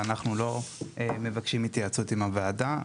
ואנחנו לא מבקשים התייעצות עם הוועדה.